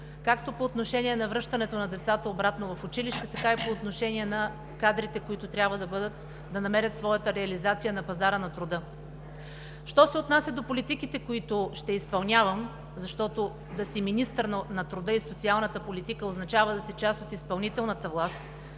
както по отношение на връщането на децата обратно в училище, така и по отношение на кадрите, които трябва да намерят своята реализация на пазара на труда. Що се отнася до политиките, които ще изпълнявам – защото да си министър на труда и социалната политика означава да си част от изпълнителната власт,